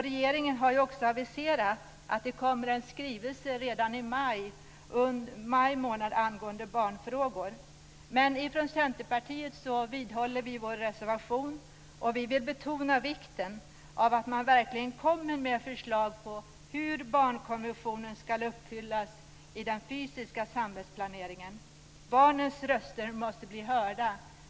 Regeringen har aviserat att det kommer en skrivelse redan under maj månad angående barnfrågor. Ifrån Centerpartiet vidhåller vi vår reservation, och vi vill betona vikten av att man verkligen kommer med förslag på hur barnkonventionen ska uppfyllas i den fysiska samhällsplaneringen. Barnens röster måste bli hörda.